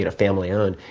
ah family owned.